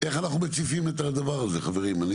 איך אנחנו מציפים את הדבר הזה, חברים?